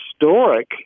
historic